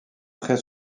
très